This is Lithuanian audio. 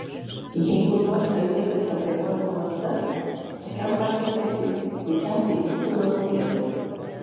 jeigu nori kalbėtis apie golfo lazdas tokiam pašnekesiui puikiausiai tiktų mano tėvas